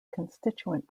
constituent